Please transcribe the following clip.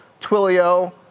Twilio